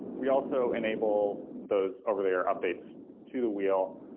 we also enable those over the air updates to the wheel,